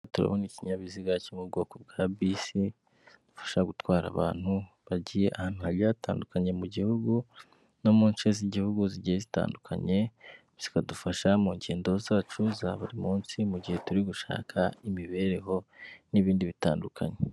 Turabona ikinyabiziga cyo mu bwoko bwa bisi dufasha gutwara abantu bagiye ahantu hagiye hatandukanye mu gihugu no mu nce z'igihugu zigiye zitandukanye zikadufasha mu ngendo zacu za buri munsi mu gihe turi gushaka imibereho n'ibindi bitandukanye.